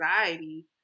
anxiety